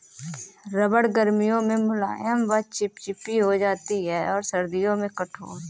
रबड़ गर्मियों में मुलायम व चिपचिपी हो जाती है और सर्दियों में कठोर